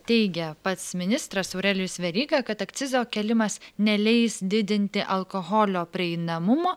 teigia pats ministras aurelijus veryga kad akcizo kėlimas neleis didinti alkoholio prieinamumo